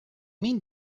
mean